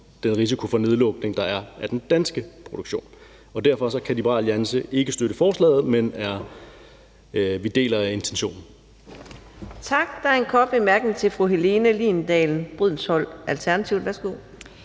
den risiko for nedlukning, der er, af den danske produktion. Derfor kan Liberal Alliance ikke støtte forslaget, men vi deler intentionen.